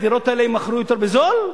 הדירות האלה יימכרו יותר בזול?